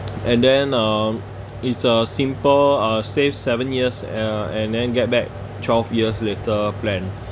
and then um it's a simple uh save seven years uh and then get back twelve years later plan